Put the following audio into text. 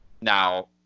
now